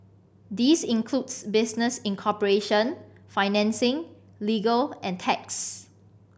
this includes business incorporation financing legal and tax